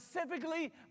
specifically